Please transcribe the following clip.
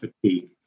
fatigue